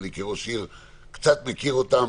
כראש עיר לשעבר אני קצת מכיר את הדברים האלה,